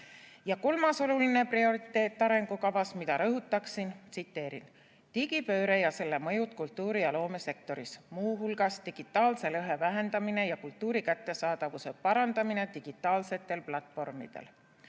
Kolmas oluline prioriteet arengukavas, mida rõhutaksin, on "digipööre ja selle mõjud kultuuri- ja loomesektoris, mh digitaalse lõhe vähendamine ja kultuuri kättesaadavuse parandamine digitaalsetel platvormidel".